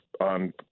on